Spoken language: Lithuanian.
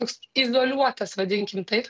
toks izoliuotas vadinkim taip